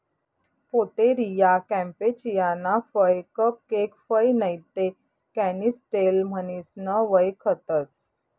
Pouteria campechiana फय cupcake फय नैते कॅनिस्टेल म्हणीसन वयखतंस